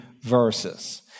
verses